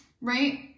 right